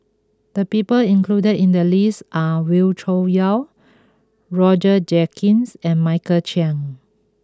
the people included in the list are Wee Cho Yaw Roger Jenkins and Michael Chiang